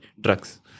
drugs